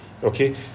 okay